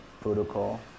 protocol